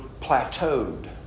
plateaued